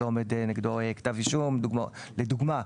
לדוגמה,